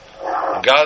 God